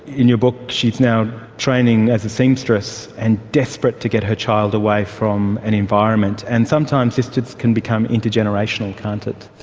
in your book she is now training as a seamstress and desperate to get her child away from an environment, and sometimes this can become intergenerational, can't it.